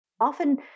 Often